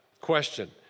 question